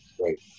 Right